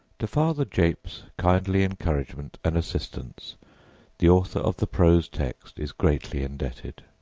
to father jape's kindly encouragement and assistance the author of the prose text is greatly indebted.